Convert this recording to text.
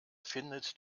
findet